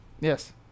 Yes